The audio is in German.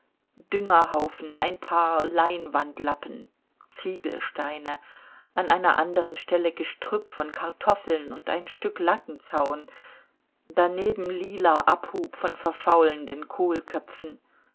düngerhaufen ein paar leinewandlappen ziegelsteine an einer andern stelle gestrüpp von kartoffeln und ein stück lattenzaun daneben lila abhub von verfaulenden kohlköpfen